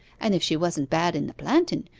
and if she wasn't bad in the planten,